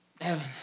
Evan